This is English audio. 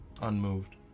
Unmoved